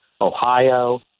Ohio